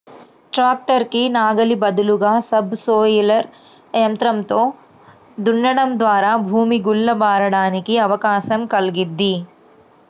tractor కి నాగలి బదులుగా సబ్ సోయిలర్ యంత్రంతో దున్నడం ద్వారా భూమి గుల్ల బారడానికి అవకాశం కల్గిద్ది